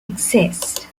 exists